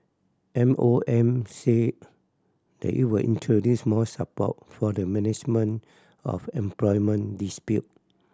M OM said that it will introduce more support for the of employment dispute